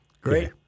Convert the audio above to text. Great